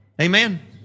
Amen